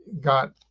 got